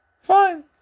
fine